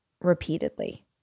repeatedly